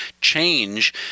change